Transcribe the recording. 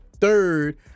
Third